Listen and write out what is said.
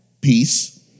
Peace